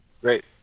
Great